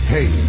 Hey